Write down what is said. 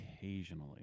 Occasionally